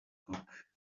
cook